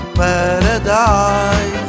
paradise